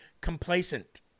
complacent